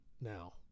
now